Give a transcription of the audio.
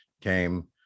came